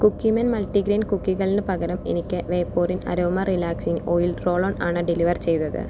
Cookieman multigrain കുക്കികൾന് പകരം എനിക്ക് Vaporin aroma relaxing oil roll on ആണ് ഡെലിവർ ചെയ്തത്